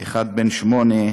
אחד בן שמונה,